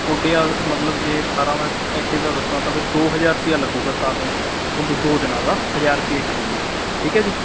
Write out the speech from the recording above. ਤੁਹਾਡੇ ਆ ਮਤਲਬ ਜੇ ਸਾਰਾ ਮੈਂ ਇੱਕ ਇਹਦਾ ਦੱਸਾਂ ਤਾਂ ਵੀ ਦੋ ਹਜ਼ਾਰ ਰੁਪਈਆ ਲੱਗੂਗਾ ਸਾਰ ਨੂੰ ਤੁਹਾਨੂੰ ਦੋ ਦਿਨਾਂ ਹਜ਼ਾਰ ਰੁਪਈਆ ਇੱਕ ਦਿਨ ਦਾ ਠੀਕ ਹੈ ਜੀ